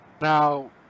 Now